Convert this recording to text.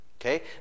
Okay